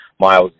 miles